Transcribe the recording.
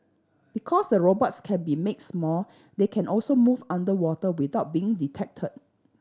because the robots can be make small they can also move underwater without being detected